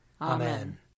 Amen